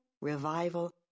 revival